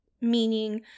meaning